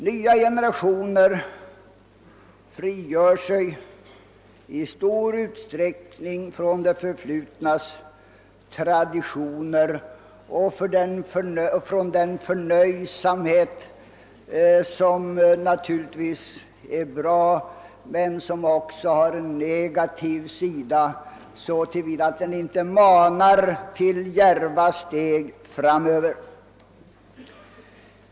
Nya generationer frigör sig i stor utsträckning från det förflutnas traditioner och från den förnöjsamhet som är bra men som också har en negativ sida, så till vida att den inte manar till djärva steg framöver.